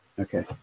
Okay